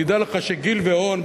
תדע לך שגיל ואון,